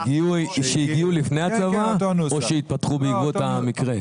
שהגיעו לפני הצבא או שהתפתחו בעקבות המקרה?